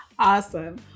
Awesome